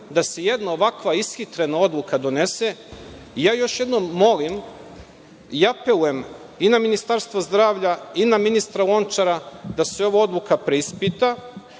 da se jedna ovakva ishitrena odluka donese. Ja još jednom molim i apelujem i na Ministarstvo zdravlja i na ministra Lončara da se ova odluka preispita